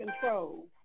control